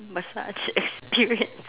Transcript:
massage experience